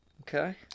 okay